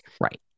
right